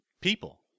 people